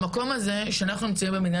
המקום הזה שאנחנו נמצאים במדינה